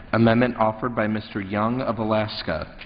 amendment offered by mr. young of alaska.